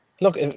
look